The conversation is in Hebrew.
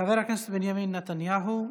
חבר הכנסת בנימין נתניהו,